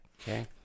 okay